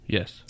Yes